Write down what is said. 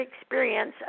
experience